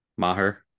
Maher